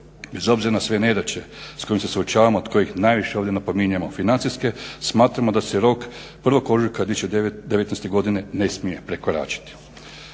bez obzira na sve nedaće s kojima se suočavamo od kojih najviše ovdje napominjemo financijske. Smatramo da se rok 1. ožujka 2019. godine ne smije prekoračiti.